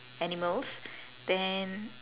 animals then